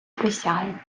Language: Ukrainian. присяги